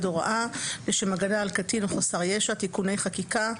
הוראה לשם הגנה על קטין או חסר ישע (תיקוני חקיקה),